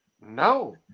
no